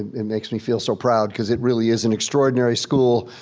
it makes me feel so proud, cause it really is an extraordinary school.